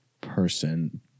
person